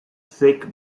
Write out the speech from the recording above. thick